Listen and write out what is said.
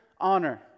honor